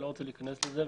אני לא רוצה להיכנס לזה.